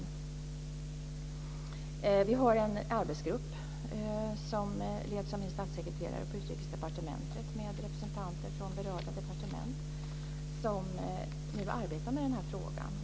Det finns en arbetsgrupp som leds av min statssekreterare på Utrikesdepartementet med representanter från berörda departement som nu arbetar med frågan.